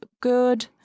good